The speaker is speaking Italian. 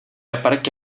apparecchi